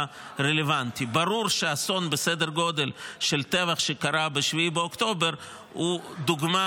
2. הרבה מאוד נושאים אינם נכנסים לכללי פעולה של עדיפות לאומית.